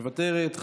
מוותרת,